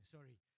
Sorry